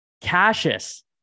Cassius